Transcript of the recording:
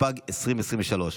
התשפ"ג 2023,